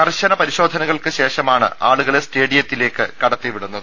കർശന പരിശോധനകൾക്ക് ശേഷമാണ് ആളുകളെ സ്റ്റേഡിയത്തിലേക്ക് കടത്തിവിടുന്നത്